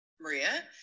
Maria